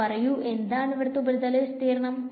അപ്പൊ പറയു എന്താണ് ഇവിടത്തെ ഉപരിതല വിസ്തീർണം